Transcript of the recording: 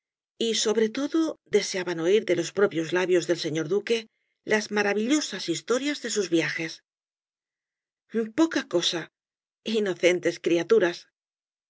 y sobre todo deseaban oir de los propios labios del señor duque las maravillosas historias de sus viajes poca cosa inocentes criaturas lechuzas